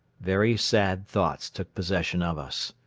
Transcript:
very sad thoughts took possession of us.